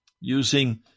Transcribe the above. using